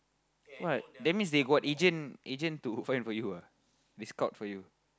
what that means they got agent agent to find for you ah they scout for you